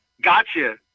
gotcha